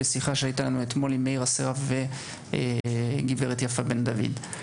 בשיחה שהייתה לנו אתמול מאיר אסרף וגב' יפה בן-דוד.